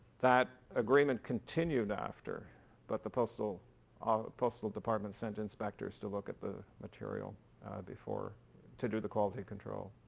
that agreement continued after but the postal um postal department sent inspectors to look at the material before to do the quality control.